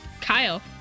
Kyle